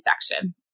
section